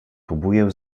próbuję